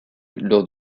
lors